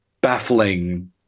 baffling